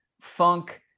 funk